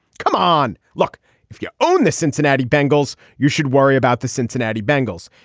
come on look if you own the cincinnati bengals you should worry about the cincinnati bengals.